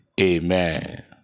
amen